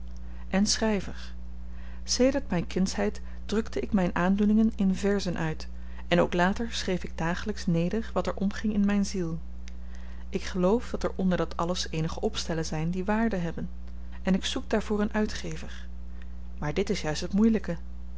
en schryver sedert myn kindsheid drukte ik myn aandoeningen in verzen uit en ook later schreef ik dagelyks neder wat er omging in myn ziel ik geloof dat er onder dat alles eenige opstellen zyn die waarde hebben en ik zoek daarvoor een uitgever maar dit is juist het moeielyke